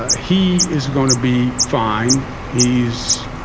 ah he is gonna be fine he's